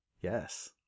Yes